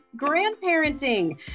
grandparenting